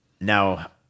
Now